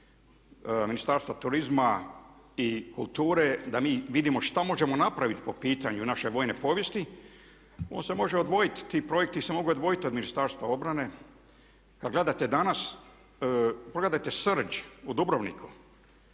Ministarstva turizma i kulture da mi vidimo što možemo napraviti po pitanju naše vojne povijesti. Ti projekti se mogu odvojiti od Ministarstva obrane. Kad gledate danas pogledajte Srđ u Dubrovniku